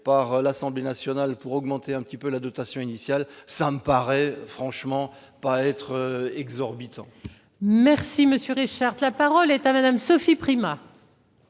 par l'Assemblée nationale pour augmenter un petit peu la dotation initiale, ça me paraît franchement pas être exorbitant. Merci, Monsieur Richard, la parole est à madame Sophie Primas.